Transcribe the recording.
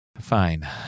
fine